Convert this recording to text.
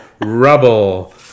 rubble